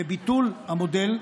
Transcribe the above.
וביטול המודל,